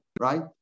right